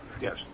Yes